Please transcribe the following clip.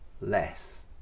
less